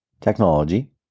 technology